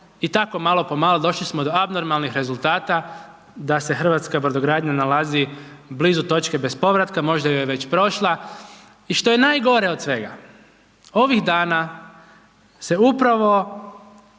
i tako, malo po malo, došli smo do abnormalnih rezultata da se hrvatska brodogradnja nalazi blizu točke bez povratka, možda je već i prošla. I što je najgore od svega, ovih dana se upravo